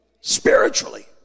spiritually